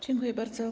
Dziękuję bardzo.